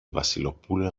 βασιλοπούλα